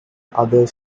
other